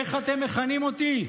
איך אתם מכנים אותי,